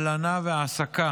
הלנה והעסקה